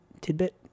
tidbit